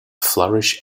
flourish